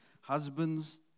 Husbands